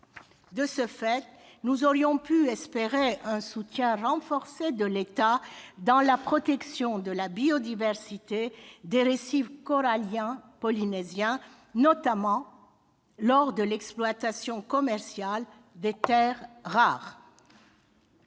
De ce fait, nous aurions pu espérer un soutien renforcé de l'État dans la protection de la biodiversité des récifs coralliens polynésiens, notamment dans le cadre de l'exploitation commerciale des terres rares.